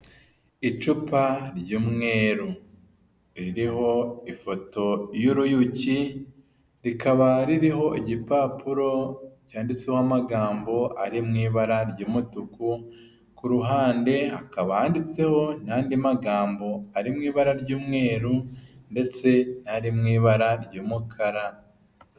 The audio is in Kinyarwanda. Icupa ry'umweru, ririho ifoto y'uruyuki rikaba ririho igipapuro cyanditseho amagambo ari mu ibara ry'umutuku, ku ruhande hakaba handitseho n'andi magambo ari mu ibara ry'umweru ndetse n'ari mu ibara ry'umukara.